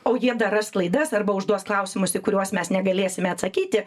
o jie dar ras klaidas arba užduos klausimus į kuriuos mes negalėsime atsakyti